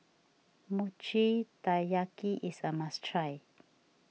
Mochi Taiyaki is a must try